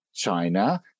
China